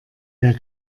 der